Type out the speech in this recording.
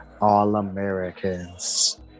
All-Americans